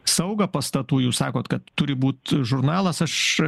saugą pastatų jūs sakot kad turi būt žurnalas aš